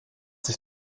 sich